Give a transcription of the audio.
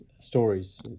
stories